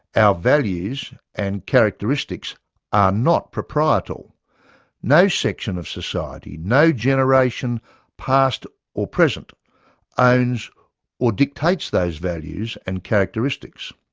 our values and characteristics are not proprietal no section of society, no generation past or present owns or dictates those values and characteristics.